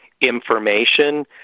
information